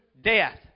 death